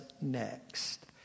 next